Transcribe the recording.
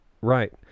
right